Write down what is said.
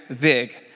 big